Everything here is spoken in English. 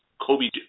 Kobe